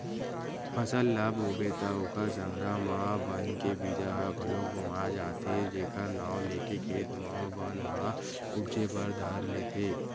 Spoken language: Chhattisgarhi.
फसल ल बोबे त ओखर संघरा म बन के बीजा ह घलोक बोवा जाथे जेखर नांव लेके खेत म बन ह उपजे बर धर लेथे